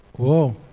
whoa